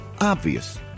Obvious